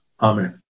Amen